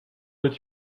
did